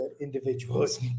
individuals